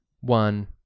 one